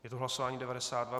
Je to hlasování 92.